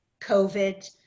COVID